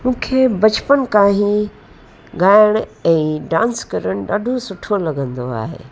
मूंखे बचपन खां ई ॻाइण ऐं डांस करणु ॾाढो सुठो लॻंदो आहे